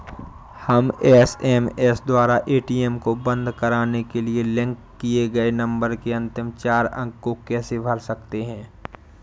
हम एस.एम.एस द्वारा ए.टी.एम को बंद करवाने के लिए लिंक किए गए नंबर के अंतिम चार अंक को कैसे भर सकते हैं?